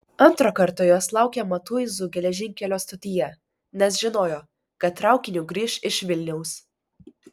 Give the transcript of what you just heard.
antrą kartą jos laukė matuizų geležinkelio stotyje nes žinojo kad traukiniu grįš iš vilniaus